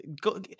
go